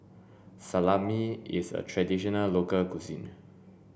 salami is a traditional local cuisine